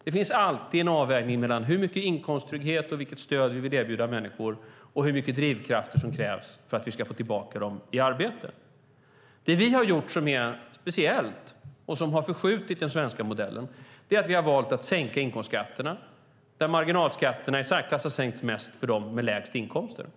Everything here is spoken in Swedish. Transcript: Det finns alltid en avvägning mellan hur mycket inkomsttrygghet och stöd vi vill erbjuda människor och hur mycket drivkrafter som krävs för att vi ska få dem tillbaka i arbete. Det vi har gjort som är speciellt och som har förskjutit den svenska modellen är att vi har valt att sänka inkomstskatterna, där marginalskatterna i särklass har sänkts mest för dem med lägst inkomster.